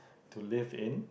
to live in